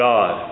God